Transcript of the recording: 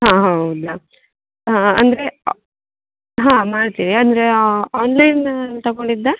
ಹಾಂ ಹೌದ ಅಂದರೆ ಹಾಂ ಮಾಡ್ತೀವಿ ಅಂದರೆ ಆನ್ಲೈನ್ ತಗೊಂಡಿದ್ದ